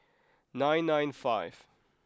nine nine five